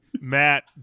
Matt